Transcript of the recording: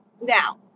now